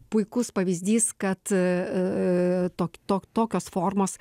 puikus pavyzdys kad tok tok tokios formos